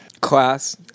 class